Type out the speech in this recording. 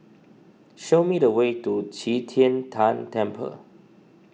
show me the way to Qi Tian Tan Temple